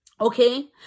Okay